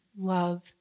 love